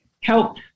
help